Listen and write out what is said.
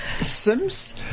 Sims